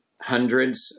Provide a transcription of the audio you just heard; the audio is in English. hundreds